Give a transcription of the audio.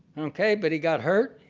okay, but he got hurt.